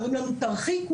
אומרים לנו, תרחיקו.